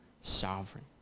sovereign